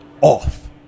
Off